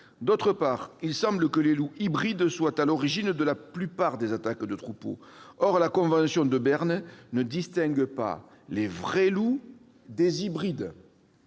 D'autre part, il semble que les loups « hybrides » soient à l'origine de la plupart des attaques de troupeaux. Or la convention de Berne ne distingue pas les « vrais » loups des « hybrides